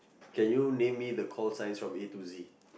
can you name me the call signs from A to Z